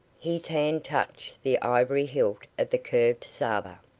his hand touched the ivory hilt of the curved sabre.